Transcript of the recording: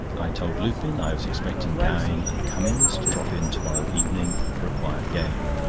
i told lupin i was expecting gowing and cummings to drop in to-morrow evening for a quiet game.